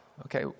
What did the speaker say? Okay